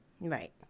Right